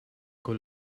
con